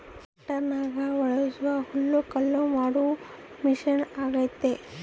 ಟ್ಯಾಕ್ಟರ್ನಗ ಬಳಸೊ ಹುಲ್ಲುಕಟ್ಟು ಮಾಡೊ ಮಷಿನ ಅಗ್ಯತೆ